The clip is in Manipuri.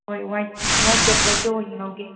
ꯍꯣꯏ ꯋꯥꯏꯠ ꯋꯥꯏꯠꯀ ꯕ꯭ꯂꯦꯛꯀ ꯑꯣꯏꯅ ꯂꯧꯒꯦ